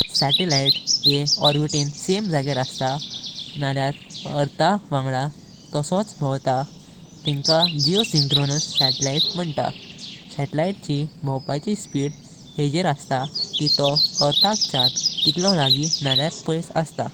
Satellite येह ऑर्बिटिं समे जायत असता नालयर ऐर्थाच वांगड तसाच भौतय तिंका जिओसिंक्रोनस सॅटॅलाइट म्हंतात। सॅटॅलाइटची भोवपाची स्पीड हेजेर असता की तोह ऐर्थाक चॅन कितलो लागीं नालयर पैस असता।